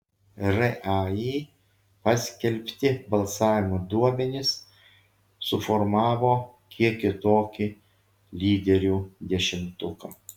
rai paskelbti balsavimo duomenys suformavo kiek kitokį lyderių dešimtuką